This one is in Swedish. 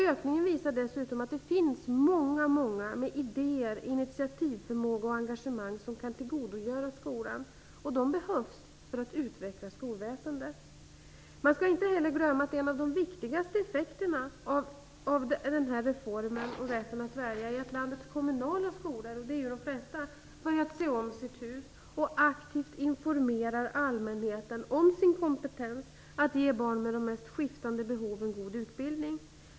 Ökningen visar dessutom att det finns många, många som har idéer, initiativförmåga och engagemang som skolan kan tillgodogöra sig. De behövs för att skolväsendet skall kunna utvecklas. Man skall inte heller glömma att en av de viktigaste effekterna av reformen och av rätten att välja är att landets kommunala skolor -- de flesta skolorna är kommunala -- börjat se om sina hus. Man informerar aktivt allmänheten om sin kompetens att ge barn med de mest skiftande behov en god utbildning.